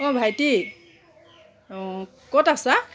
অ' ভাইটি অ' ক'ত আছা